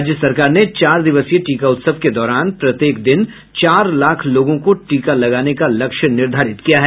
राज्य सरकार ने चार दिवसीय टीका उत्सव के दौरान प्रत्येक दिन चार लाख लोगों को टीका लगाने का लक्ष्य निर्धारित किया है